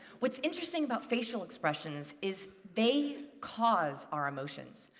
what's interesting about facial expressions is they cause our emotions.